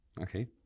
okay